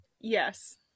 Yes